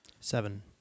Seven